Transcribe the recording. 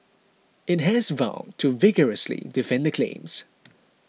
it has vowed to vigorously defend the claims